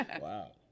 Wow